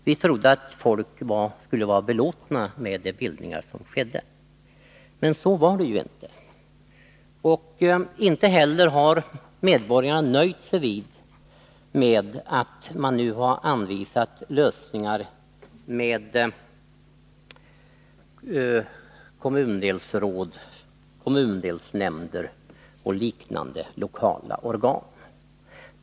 Vi trodde att folket skulle vara belåtna med de bildningar som skedde. Men så var det inte. Inte heller har medborgarna nöjt sig med att det har anvisats lösningar i form av kommundelsråd, kommundelsnämnder och liknande lokala organ.